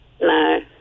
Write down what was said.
No